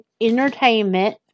entertainment